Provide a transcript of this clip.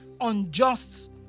unjust